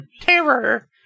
terror